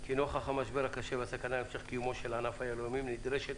כי נוכח המשבר הקשה והסכנה להמשך קיומו של ענף היהלומים נדרשת